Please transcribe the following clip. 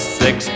six